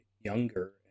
younger